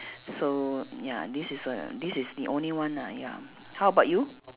so ya this is the this is the only one ah ya how about you